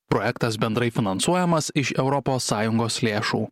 projektas bendrai finansuojamas iš europos sąjungos lėšų